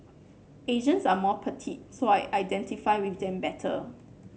Asians are more petite so I identify with them better